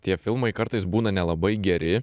tie filmai kartais būna nelabai geri